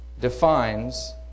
defines